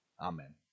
Amen